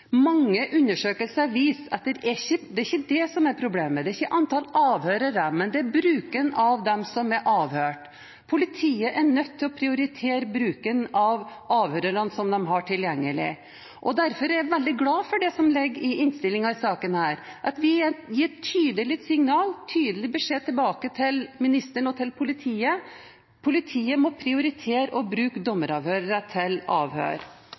mange undersøkelser viser at det ikke er det – antall avhørere – som er problemet, men bruken av dem under avhør. Politiet er nødt til å prioritere bruken av de avhørerne de har tilgjengelig. Derfor er jeg veldig glad for det som ligger i innstillingen i denne saken, at vi gir et tydelig signal, en tydelig beskjed tilbake til ministeren og til politiet: Politiet må prioritere å bruke dommeravhørere til avhør.